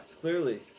clearly